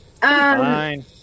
Fine